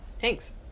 Thanks